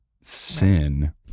sin